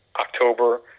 October